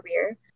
career